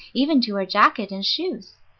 even to her jacket and shoes.